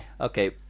Okay